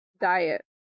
diet